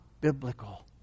biblical